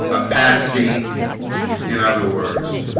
a patsy in other words